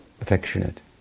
affectionate